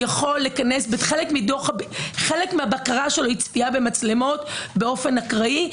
חלק מהבקרה שלו היא צפייה במצלמות באופן אקראי.